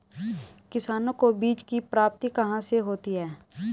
किसानों को बीज की प्राप्ति कहाँ से होती है?